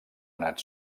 anat